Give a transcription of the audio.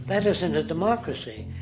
that isn't a democracy.